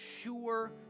sure